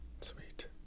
Sweet